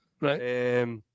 Right